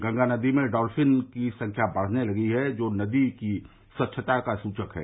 गंगा नदी में डॉल्फिन की संख्या बढ़ने लगी है जो नदी की स्वच्छता का सूचक है